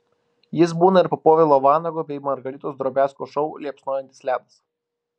jis būna ir po povilo vanago bei margaritos drobiazko šou liepsnojantis ledas